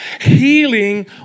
Healing